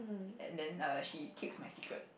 and then err she keeps my secret